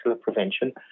prevention